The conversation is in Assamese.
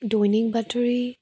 দৈনিক বাতৰি